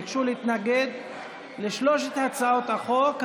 ביקשו להתנגד לשלוש הצעות החוק.